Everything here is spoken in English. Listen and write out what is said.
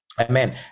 Amen